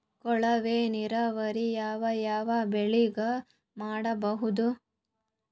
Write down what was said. ಕೊಳವೆ ನೀರಾವರಿ ಯಾವ್ ಯಾವ್ ಬೆಳಿಗ ಮಾಡಬಹುದು?